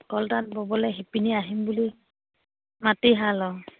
কলতাঁত ব'বলৈ শিপিনী আহিম বুলি মাটিশাল অঁ